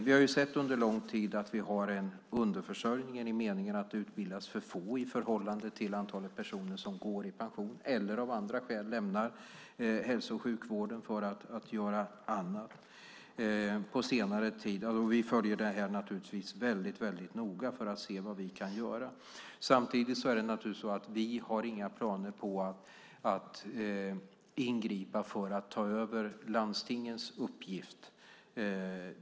Vi har under lång tid sett att vi har en underförsörjning i den meningen att det utbildas för få i förhållande till antalet personer som går i pension eller av andra skäl lämnar hälso och sjukvården. Vi följer naturligtvis detta väldigt noga för att se vad vi kan göra. Samtidigt har vi inga planer på att ingripa för att ta över landstingens uppgift.